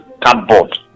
cardboard